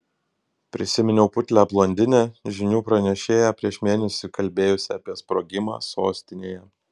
prisiminiau putlią blondinę žinių pranešėją prieš mėnesį kalbėjusią apie sprogimą sostinėje